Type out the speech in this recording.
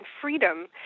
freedom